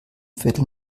viertel